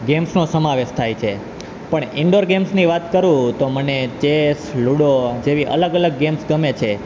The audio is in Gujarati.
ગેમ્સનો સમાવેશ થાય છે પણ ઇન્ડોર ગેમ્સની વાત કરું તો મને ચેસ લૂડો જેવી અલગ અલગ ગેમ્સ ગમે છે